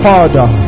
Father